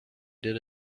did